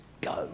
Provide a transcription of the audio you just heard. go